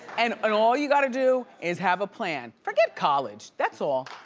and and all you gotta do is have a plan. forget college, that's all.